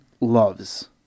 loves